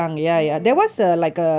ya ya